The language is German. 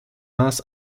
maß